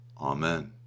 Amen